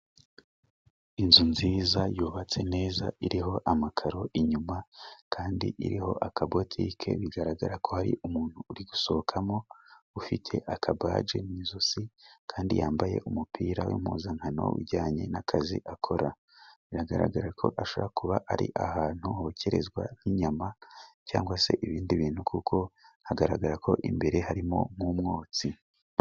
Inzu nziza yubatse neza iriho amakaro inyuma, kandi iriho akabutike bigaragara ko hari umuntu uri gusohokamo, ufite akabage mu ijosi kandi yambaye umupira w'impuzankano ujyanye n'akazi akora. Biragaragara ko hashobora kuba ari ahantu hokerezwa nk'inyama cyangwa se ibindi bintu, kuko hagaragara ko imbere harimo nk'umwotsi.